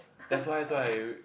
that's why that's why